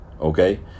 Okay